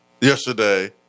yesterday